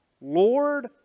Lord